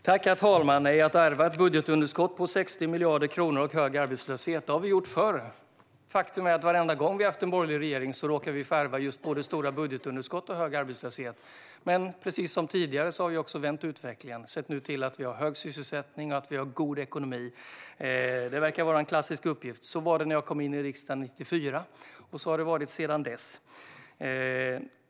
Herr talman! Att ärva ett budgetunderskott på 60 miljarder kronor och hög arbetslöshet har vi gjort förr. Faktum är att varje gång det har varit en borgerlig regering har vi ärvt både stora budgetunderskott och hög arbetslöshet, men precis som tidigare har vi också vänt utvecklingen. Nu är det hög sysselsättning och god ekonomi. Det verkar vara en klassisk uppgift. Så var det när jag kom in i riksdagen 1994, och så har det varit sedan dess.